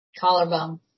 Collarbone